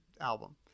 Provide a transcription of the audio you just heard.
album